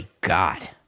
God